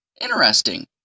Interesting